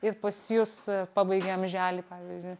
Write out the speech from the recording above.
ir pas jus pabaigė amželį pavyzdžiui